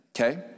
okay